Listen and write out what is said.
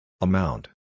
Amount